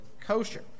kosher